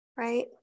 right